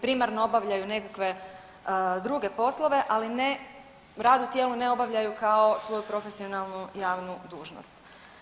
primarno obavljaju nekakve druge poslove, ali ne, rad u tijelu ne obavljaju kao svoju profesionalnu javnu dužnost.